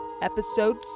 Episode